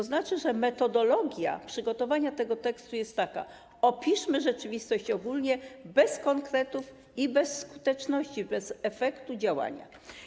Tzn. że metodologia przygotowania tego tekstu jest taka: opiszmy rzeczywistość ogólnie, bez konkretów i bez skuteczności, bez efektu działania.